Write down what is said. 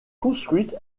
construite